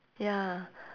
ya